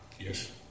Yes